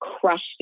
crushed